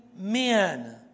men